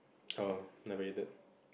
!oh! never ate it